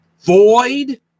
void